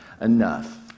enough